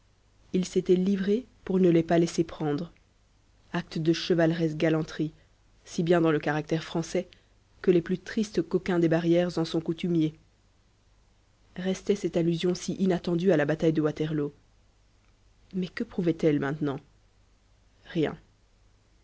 il s'était livré pour ne les pas laisser prendre acte de chevaleresque galanterie si bien dans le caractère français que les plus tristes coquins des barrières en sont coutumiers restait cette allusion si inattendue à la bataille de waterloo mais que prouvait elle maintenant rien